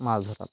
মাছ ধরা